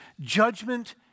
judgment